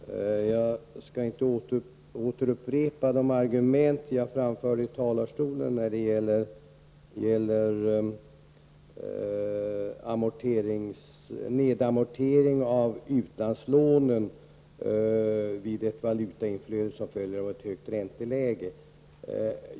Herr talman! Jag skall inte återupprepa de argument som jag framförde i talarstolen när det gäller amortering av utlandslånen vid ett valutainflöde som följer av ett högt ränteläge.